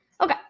Okay